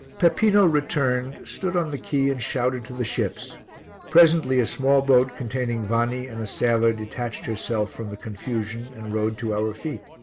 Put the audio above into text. peppino returned, stood on the quay and shouted to the ships presently a small boat containing vanni and a sailor detached herself from the confusion and rowed to our feet.